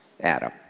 Adam